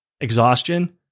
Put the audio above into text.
exhaustion